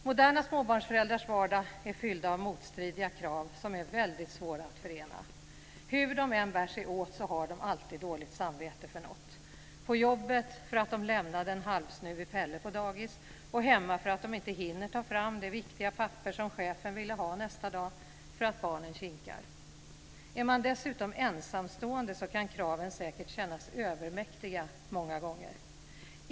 Moderna småbarnsföräldrars vardag är fylld av motstridiga krav som är väldigt svåra att förena. Hur de än bär sig åt har de alltid dåligt samvete för något. På jobbet är det för att de har lämnat en halvsnuvig Pelle på dagis, och hemma är det för att de inte hinner ta fram det viktiga papper som chefen vill ha nästa dag därför att barnen kinkar. Är man dessutom ensamstående kan kraven många gånger säkert kännas övermäktiga.